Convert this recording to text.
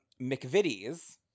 McVitie's